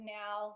now